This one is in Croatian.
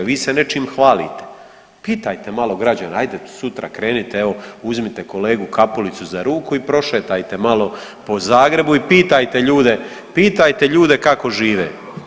Vi se nečim hvalite, pitajte malo građane, ajde sutra krenite evo uzmite kolegu Kapulicu za ruku i prošetajte malo po Zagrebu i pitajte ljude, pitajte ljude kako žive.